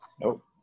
Nope